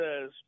says